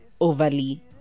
overly